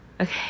Okay